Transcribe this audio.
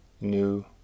new